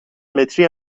متری